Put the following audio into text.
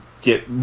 get